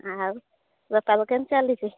ଆଉ ବେପାର କେମିତି ଚାଲିଛି